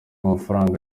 amafaranga